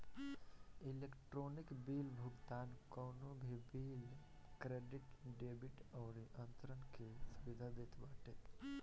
electronic bill भुगतान कवनो भी बिल, क्रेडिट, डेबिट अउरी अंतरण कअ सुविधा देत बाटे